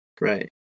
right